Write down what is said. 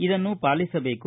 ಇದನ್ನು ಪಾಲಿಸಬೇಕು